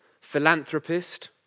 philanthropist